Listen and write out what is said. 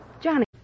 Johnny